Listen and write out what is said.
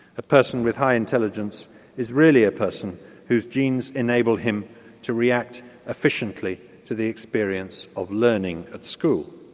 a person with high intelligence is really a person whose genes enable him to react efficiently to the experience of learning at school.